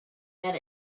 that